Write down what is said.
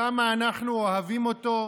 כמה אנחנו אוהבים אותו,